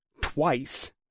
twice